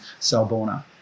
Salbona